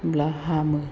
होमब्ला हामो